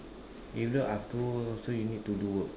even after work also you need to do work